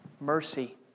Mercy